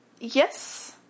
yes